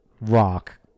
rock